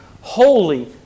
holy